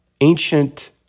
ancient